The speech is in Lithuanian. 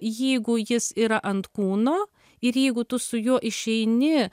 jeigu jis yra ant kūno ir jeigu tu su juo išeini